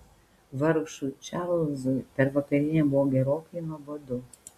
vargšui čarlzui per vakarienę buvo gerokai nuobodu